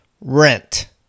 rent